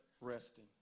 resting